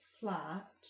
flat